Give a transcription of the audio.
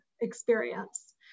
experience